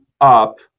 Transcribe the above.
up